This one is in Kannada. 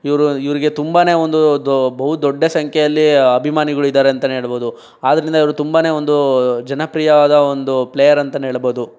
ಇವರು ಇವರಿಗೆ ತುಂಬನೇ ಒಂದು ದೊ ಬಹುದೊಡ್ಡ ಸಂಖ್ಯೆಯಲ್ಲಿ ಅಭಿಮಾನಿಗಳು ಇದ್ದಾರೆ ಅಂತಲೇ ಹೇಳ್ಬೋದು ಆದ್ದರಿಂದ ಇವರು ತುಂಬನೇ ಒಂದು ಜನಪ್ರಿಯವಾದ ಒಂದು ಪ್ಲೇಯರ್ ಅಂತನೇ ಹೇಳಬಹುದು